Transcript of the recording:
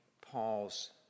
paul's